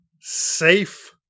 safe